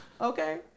Okay